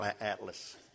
atlas